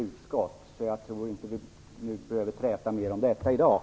Därför tror jag inte att vi behöver träta ytterligare om detta i dag.